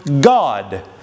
God